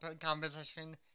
composition